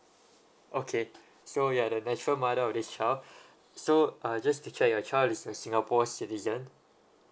okay so you are the natural mother of this child so uh just to check your child is a singapore citizen